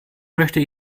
möchte